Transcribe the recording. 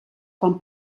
quan